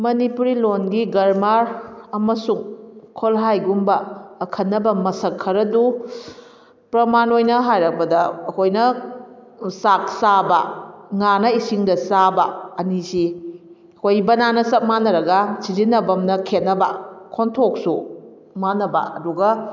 ꯃꯅꯤꯄꯨꯔꯤ ꯂꯣꯟꯗꯤ ꯒꯔꯃꯥꯔ ꯑꯃꯁꯨꯡ ꯈꯣꯜꯍꯥꯏꯒꯨꯝꯕ ꯑꯈꯟꯅꯕ ꯃꯁꯛ ꯈꯔꯗꯨ ꯄ꯭ꯔꯃꯥꯟ ꯑꯣꯏꯅ ꯍꯥꯏꯔꯕꯗ ꯑꯩꯈꯣꯏꯅ ꯆꯥꯛ ꯆꯥꯕ ꯉꯥꯅ ꯏꯁꯤꯡꯗ ꯆꯥꯕ ꯑꯅꯤꯁꯤ ꯑꯩꯈꯣꯏ ꯕꯅꯥꯟꯅ ꯆꯞ ꯃꯥꯟꯅꯔꯒ ꯁꯤꯖꯤꯟꯅꯐꯝꯅ ꯈꯦꯠꯅꯕ ꯈꯣꯟꯊꯣꯛꯁꯨ ꯃꯥꯟꯅꯕ ꯑꯗꯨꯒ